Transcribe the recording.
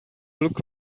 look